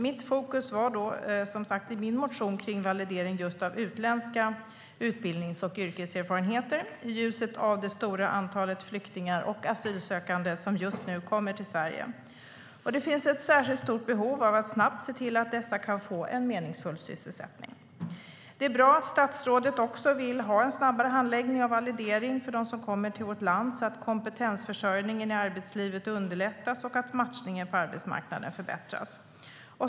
Mitt fokus i min interpellation om validering var utländska utbildnings och yrkeserfarenheter i ljuset av det stora antal flyktingar och asylsökande som just nu kommer till Sverige. Det finns ett särskilt stort behov av att snabbt se till att dessa kan få en meningsfull sysselsättning. Det är bra att statsrådet också vill ha en snabbare handläggning av validering för dem som kommer till vårt land så att kompetensförsörjningen i arbetslivet underlättas och matchningen på arbetsmarknaden förbättras.